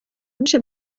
میشه